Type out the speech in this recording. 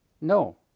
No